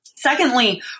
Secondly